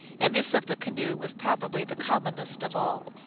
and this of the canoe was probably the commonest of all.